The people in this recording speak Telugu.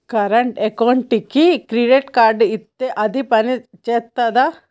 కరెంట్ అకౌంట్కి క్రెడిట్ కార్డ్ ఇత్తే అది పని చేత్తదా?